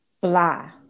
blah